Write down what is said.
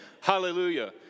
Hallelujah